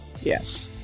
yes